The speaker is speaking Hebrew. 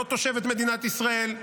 לא תושבת מדינת ישראל,